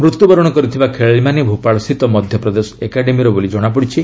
ମୃତ୍ୟୁବରଣ କରିଥିବା ଖେଳାଳିମାନେ ଭୋପାଳସ୍ଥିତ ମଧ୍ୟପ୍ରଦେଶ ଏକାଡେମୀର ବୋଲି କଣାପଡ଼ିଛି